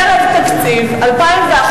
ערב תקציב 2011,